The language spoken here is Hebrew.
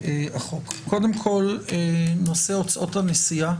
קודם כל, נושא הוצאות הנסיעה